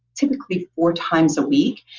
typically four times a week.